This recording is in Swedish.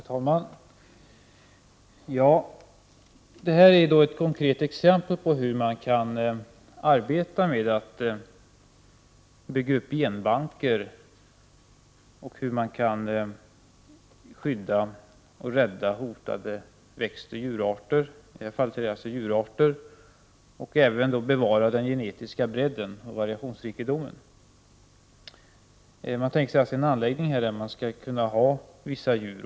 Herr talman! Det här är ett konkret exempel på hur man kan bygga upp genbanker och hur man kan skydda och rädda hotade växtoch djurarter. I det här fallet handlar det om djurarter. Men det gäller även att bevara den genetiska bredden och variationsrikedomen. Man åsyftar alltså en anläggning för vissa djur.